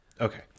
Okay